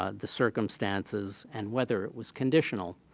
ah the circumstances and whether it was conditional.